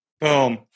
Boom